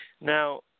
Now